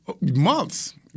months